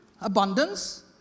abundance